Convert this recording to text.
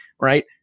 right